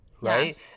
Right